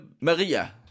Maria